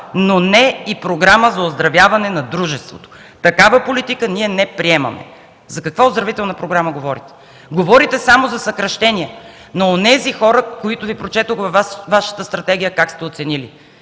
но не и програма за оздравяване на дружеството. Такава политика ние не приемаме”. За каква оздравителна програма говорите? Говорите само за съкращение на онези хора, които Ви прочетох във Вашата стратегия как сте оценили